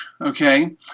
okay